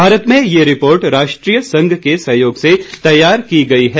भारत में ये रिपोर्ट राष्ट्रीय संघ के सहयोग से तैयार की गई है